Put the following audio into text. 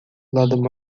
lado